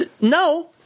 no